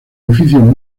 edificios